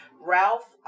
Ralph